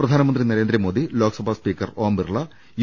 പ്രധാനമന്ത്രി Narendra Modi Lok Sabha speaker Om Birla U